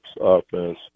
offense